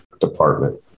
department